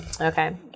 Okay